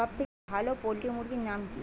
সবথেকে ভালো পোল্ট্রি মুরগির নাম কি?